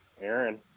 aaron